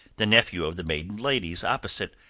the nephew of the maiden ladies opposite,